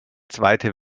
zweite